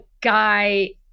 guy